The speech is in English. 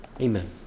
amen